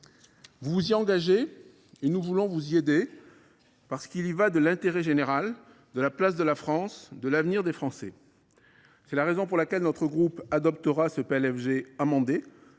monsieur le ministre, et nous voulons vous y aider, parce qu’il y va de l’intérêt général, de la place de la France et de l’avenir des Français. C’est la raison pour laquelle notre groupe adoptera ce PLFG amendé.